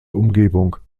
umgebung